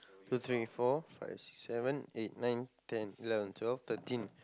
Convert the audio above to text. two three four five six seven eight nine ten eleven twelve thirteen